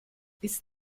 ist